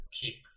keep